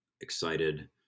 excited